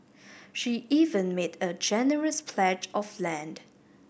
she even made a generous pledge of land